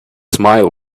smile